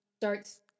starts